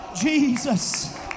Jesus